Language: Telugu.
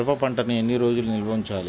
మిరప పంటను ఎన్ని రోజులు నిల్వ ఉంచాలి?